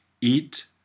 eat